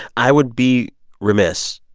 i would be remiss,